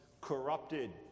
corrupted